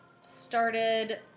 started